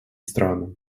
странами